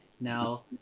Now